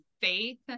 faith